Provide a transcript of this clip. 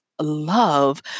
love